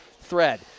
thread